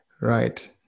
right